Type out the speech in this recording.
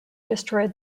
destroyed